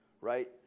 right